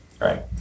right